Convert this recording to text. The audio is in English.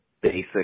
basic